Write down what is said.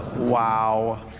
wow.